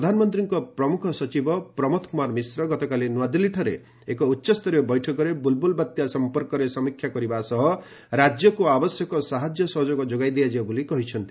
ପ୍ରଧାନମନ୍ତ୍ରୀଙ୍କ ପ୍ରମୁଖ ସଚିବ ପ୍ରମୋଦ କୁମାର ମିଶ୍ର ଗତକାଲି ନୂଆଦିଲ୍ଲୀଠାରେ ଏକ ଉଚ୍ଚସ୍ତରୀୟ ବୈଠକରେ ବୁଲବୁଲ୍ ବାତ୍ୟା ସମ୍ପର୍କରେ ସମୀକ୍ଷା କରିବା ସହ ରାଜ୍ୟକ୍ ଆବଶ୍ୟକ ସାହାଯ୍ୟ ସହଯୋଗ ଯୋଗାଇ ଦିଆଯିବ ବୋଲି କହିଛନ୍ତି